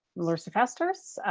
larissa fasthorse.